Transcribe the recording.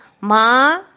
Ma